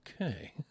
Okay